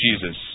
Jesus